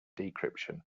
decryption